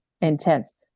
intense